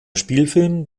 spielfilm